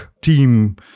team